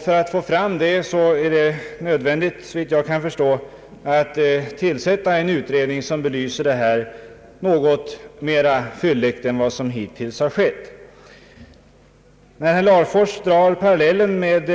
För att få fram detta är det nödvändigt, såvitt jag kan förstå, att tillsätta en utredning, som belyser problemet något fylligare än vad som hittills har skett. Herr Larfors drog parallellen med